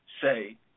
say